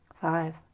Five